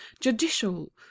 judicial